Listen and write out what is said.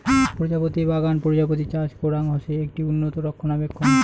প্রজাপতি বাগান প্রজাপতি চাষ করাং হসে, এটি উন্নত রক্ষণাবেক্ষণ